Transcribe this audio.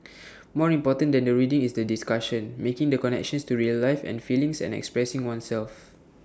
more important than the reading is the discussion making the connections to real life and feelings and expressing oneself